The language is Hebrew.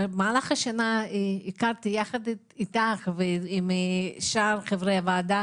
במהלך השנה הכרתי ביחד אתך ועם שאר חברי הוועדה